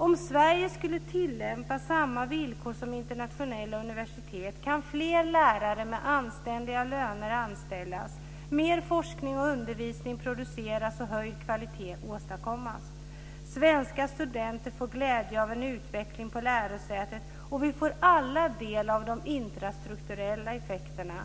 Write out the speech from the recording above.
Om Sverige tillämpar samma villkor som internationella universitet kan fler lärare med anständiga löner anställas, mer forskning och undervisning produceras och höjd kvalitet åstadkommas. Svenska studenter får glädje av en utveckling på lärosätet och vi får alla del av de infrastrukturella effekterna.